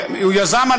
הוא יזם,